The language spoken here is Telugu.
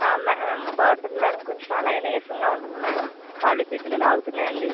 మే బాగుంటుంది మేడం కొంచెం అలానే నీరసంగా ఉంటుంది మేడం కాళ్ళు చేతులు లాగుతున్నాయండి